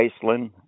Iceland